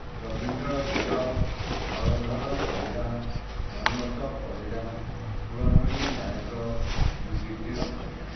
Rabindra Dhir Jaladhar Parida Manmath Parida Kulamani Nayak Yudhishthir Parida